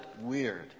weird